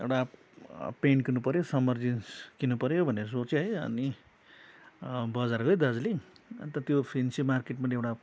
एउटा प्यान्ट किन्नु पर्यो सम्मर जिन्स किन्नुपर्यो भनेर सोचेँ है अनि बजार गएँ दार्जिलिङ अन्त त्यो फेन्सी मार्केटबाट एउटा